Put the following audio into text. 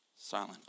silent